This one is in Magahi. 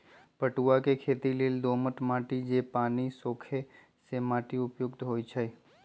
पटूआ के खेती लेल दोमट माटि जे पानि सोखे से माटि उपयुक्त होइ छइ